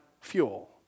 fuel